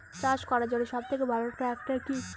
চাষ করার জন্য সবথেকে ভালো ট্র্যাক্টর কি?